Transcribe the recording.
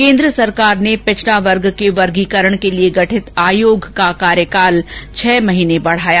केन्द्र सरकार ने पिछड़ा वर्ग के वर्गीकरण के लिए गठित आयोग का कार्यकाल छह महीने बढ़ाया